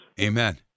Amen